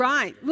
Right